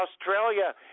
australia